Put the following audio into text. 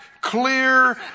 clear